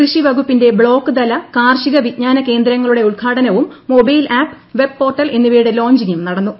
കൃഷി വകുപ്പിന്റെ ബ്ലോക്ക് തല കാർഷിക വിജ്ഞാനകേന്ദ്രങ്ങളുടെ ഉദ്ഘാടനവും മൊബൈൽ ആപ്പ് വെബ് പോർട്ടൽ എന്നിവയുടെ ലോഞ്ചിങും നടന്നു